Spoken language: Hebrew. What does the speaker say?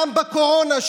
גם בקורונה,